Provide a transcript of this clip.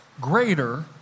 greater